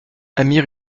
amir